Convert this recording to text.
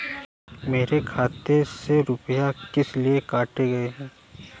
मेरे खाते से रुपय किस लिए काटे गए हैं?